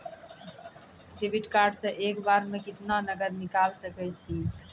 Debit card से एक बार मे केतना नगद निकाल सके छी?